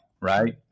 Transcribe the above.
right